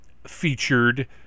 Featured